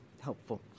helpful